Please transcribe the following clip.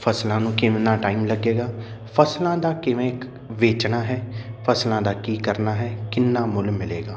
ਫ਼ਸਲਾਂ ਨੂੰ ਕਿੰਨਾ ਟਾਈਮ ਲੱਗੇਗਾ ਫ਼ਸਲਾਂ ਦਾ ਕਿਵੇਂ ਵੇਚਣਾ ਹੈ ਫਸਲਾਂ ਦਾ ਕੀ ਕਰਨਾ ਹੈ ਕਿੰਨਾ ਮੁੱਲ ਮਿਲੇਗਾ